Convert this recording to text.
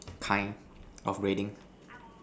kind of grading